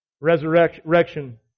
Resurrection